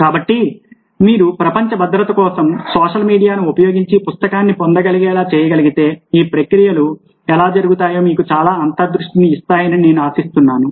కాబట్టి మీరు ప్రపంచ భద్రత కోసం సోషల్ మీడియాను ఉపయోగించి పుస్తకాన్ని పొందగలిగేలా చేయగలిగితే ఈ ప్రక్రియలు ఎలా జరుగుతాయో మీకు చాలా అంతర్దృష్టిని ఇస్తాయని నేను ఆశిస్తున్నాను